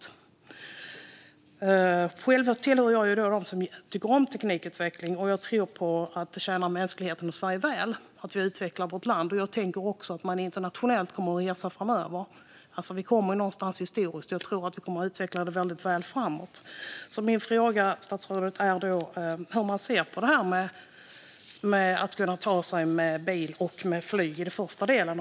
Själv tillhör jag dem som tycker om teknikutveckling, och jag tror att det tjänar mänskligheten och Sverige väl att vi utvecklar vårt land. Jag tänker också att man kommer att resa internationellt framöver. Vi kommer någonstans ifrån historiskt, och jag tror att vi kommer att utveckla det väldigt väl framåt. Min fråga till statsrådet är därför hur man ser på detta att kunna ta sig med bil och flyg i den första delen.